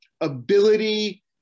ability